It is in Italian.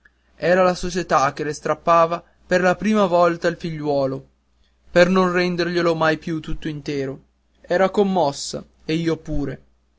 era la società che le strappava per la prima volta il figliuolo per non renderglielo mai più tutto intero era commossa ed io pure